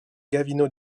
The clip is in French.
gavino